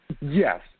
Yes